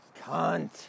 Cunt